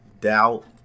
doubt